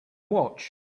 watch